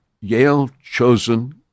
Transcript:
Yale-chosen